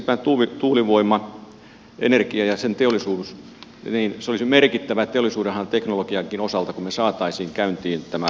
esimerkiksi tämä tuulivoimaenergia ja sen teollisuus olisi merkittävä teollisuudenhaara teknologiankin osalta kun me saisimme sen käyntiin tämän luvituksen osalta